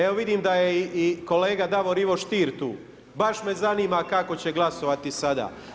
Evo vidim da je i kolega Davor Ivo Stier tu, baš me zanima kako će glasovati sada.